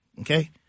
Okay